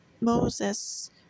Moses